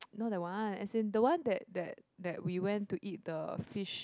not that one as in the one that that that we went to eat the fish